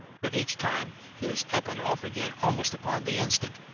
but each time he was up and off again almost upon the instant,